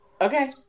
Okay